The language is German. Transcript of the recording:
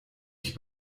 ich